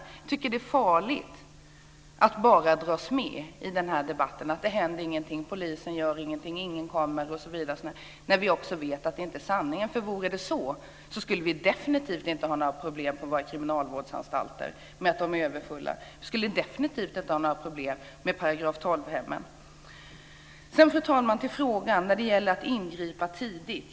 Jag tycker att det är farligt att bara dras med i den här debatten och säga att det inte händer någonting, att polisen inte gör någonting, att ingen kommer osv. när vi också vet att det inte är sanningen. Vore det så skulle vi definitivt inte ha några problem med att våra kriminalvårdsanstalter är överfulla. Vi skulle definitivt inte ha några problem med § 12-hemmen. Sedan, fru talman, ska jag gå över till frågan om att ingripa tidigt.